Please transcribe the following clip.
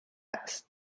است